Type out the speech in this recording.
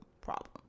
problem